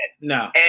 No